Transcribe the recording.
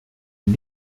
une